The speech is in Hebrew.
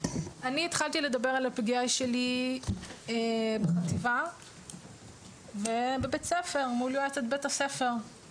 אני התחלתי לדבר על הפגיעה שלי בחטיבה ובבית ספר מול יועצת בית הספר.